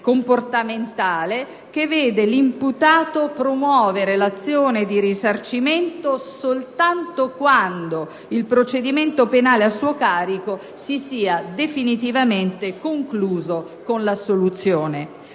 comportamentale che vede l'imputato promuovere l'azione di risarcimento soltanto quando il procedimento penale a suo carico si sia definitivamente concluso con l'assoluzione.